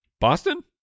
Boston